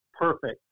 perfect